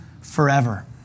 forever